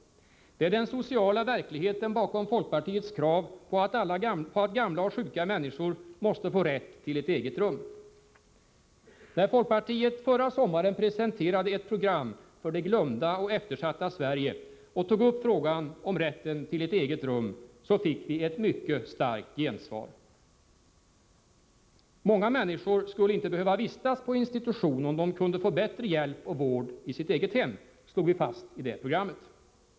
Det är den sociala verkligheten bakom folkpartiets krav på att gamla och sjuka människor måste få rätt till ett eget rum. När folkpartiet förra sommaren presenterade ett program för ”det glömda och eftersatta Sverige” och tog upp frågan om rätten till ett eget rum, fick vi ett mycket starkt gensvar. Många människor skulle inte behöva vistas på institution om de kunde få bättre hjälp och vård i sitt eget hem, slog vi fast i det programmet.